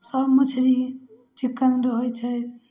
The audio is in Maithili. सब मछरी चिक्कन रहै छै